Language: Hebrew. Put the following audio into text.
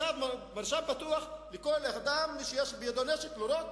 מרשם בטוח לכל אדם שיש בידו נשק לירות,